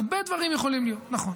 הרבה דברים יכולים להיות, נכון.